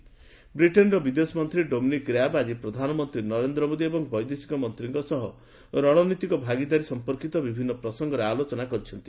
UK foreign secretary ବ୍ରିଟେନ୍ର ବିଦେଶ ମନ୍ତ୍ରୀ ଡୋମିନିକ୍ ର୍ୟାବ୍ ଆଳି ପ୍ରଧାନମନ୍ତ୍ରୀ ନରେନ୍ଦ୍ର ମୋଦି ଏବଂ ବୈଦେଶିକ ମନ୍ତ୍ରୀଙ୍କ ସହ ରଶନୀତିକ ଭାଗିଦାରୀ ସମ୍ପର୍କିତ ବିଭିନ୍ନ ପ୍ରସଙ୍ଗରେ ଆଲୋଚନା କରିଛନ୍ତି